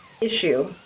issue